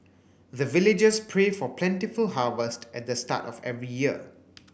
the villagers pray for plentiful harvest at the start of every year